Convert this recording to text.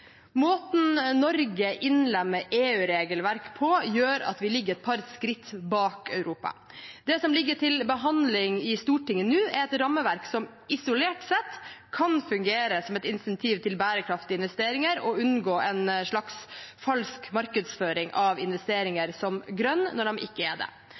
Måten Norge innlemmer EU-regelverk på, gjør at vi ligger et par skritt bak Europa. Det som ligger til behandling i Stortinget nå, er et rammeverk som isolert sett kan fungere som et insentiv til bærekraftige investeringer og at en unngår en slags falsk markedsføring av investeringer som grønne når de ikke er det.